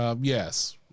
Yes